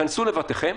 היכנסו לבתיכם